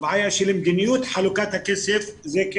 הבעיה היא של מדיניות חלוקת הכסף וגם